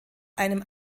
einem